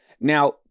Now